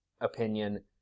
opinion